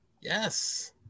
Yes